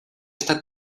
estat